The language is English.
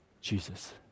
Jesus